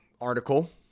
article